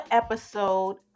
episode